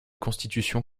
constitutions